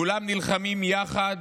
כולם נלחמים יחד,